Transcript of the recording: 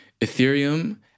Ethereum